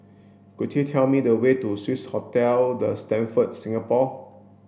could you tell me the way to Swissotel the Stamford Singapore